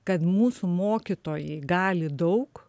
kad mūsų mokytojai gali daug